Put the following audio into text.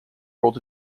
world